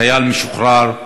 חייל משוחרר,